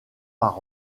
par